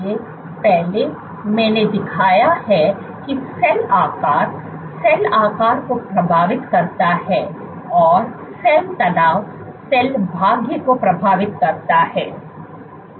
इसलिए पहले मैंने दिखाया है कि सेल आकार सेल आकार को प्रभावित करता है और सेल तनाव सेल भाग्य को प्रभावित करता है